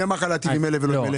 מי אמר לך להיטיב עם אלה ולא עם אלה?